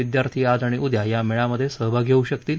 विद्यार्थी आज आणि उद्या या मेळ्यामध्ये सहभागी होऊ शकतील